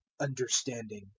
understanding